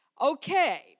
Okay